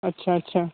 ਅੱਛਾ ਅੱਛਾ